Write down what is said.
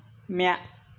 म्या